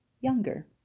younger